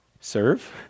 Serve